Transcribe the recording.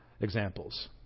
examples